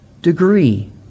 degree